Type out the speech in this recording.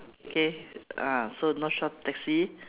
okay uh so north shore taxi